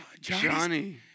Johnny